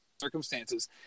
circumstances